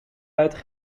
buiten